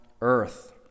earth